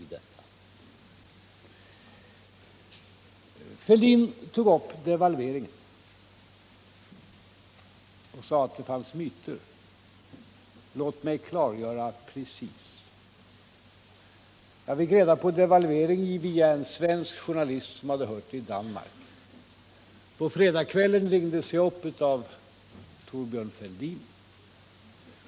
Herr Fälldin tog upp devalveringen och sade att det fanns myter. Låt mig klargöra. Jag fick reda på devalveringen via en svensk journalist som hade hört det i Danmark. På fredagskvällen ringdes jag upp av Thorbjörn Fälldin.